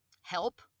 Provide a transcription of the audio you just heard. help